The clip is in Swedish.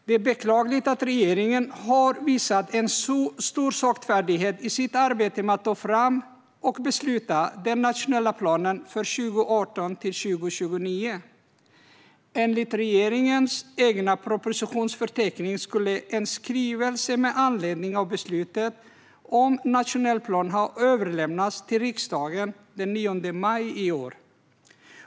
Det är beklagligt att regeringen har visat en stor saktfärdighet i sitt arbete med att ta fram och besluta den nationella planen för 2018-2029. Enligt regeringens egen propositionsförteckning skulle en skrivelse med anledning av beslutet om en nationell plan ha överlämnats till riksdagen den 9 maj i år.